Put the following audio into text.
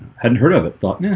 hadn't heard of it thought. yeah,